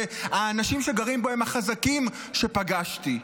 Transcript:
והאנשים שגרים בו הם החזקים שפגשתי.